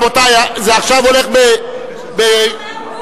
רבותי, עכשיו זה הולך מה אומר בוגי?